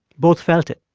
both felt it.